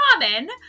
common